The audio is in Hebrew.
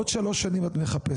עוד 3 שנים את מחפשת,